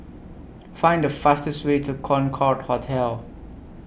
Find The fastest Way to Concorde Hotel